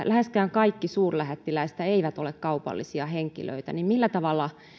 läheskään kaikki suurlähettiläistä eivät ole kaupallisia henkilöitä millä tavalla